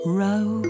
row